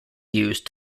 used